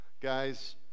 guys